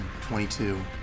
22